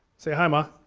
say hi, ma.